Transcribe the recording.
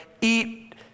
eat